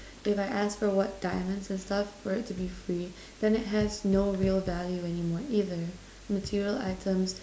if I ask for what diamonds and stuff for it to be free then it has no real value any more either material items